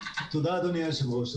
תודה אדוני היושב ראש.